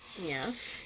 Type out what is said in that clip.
Yes